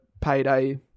Payday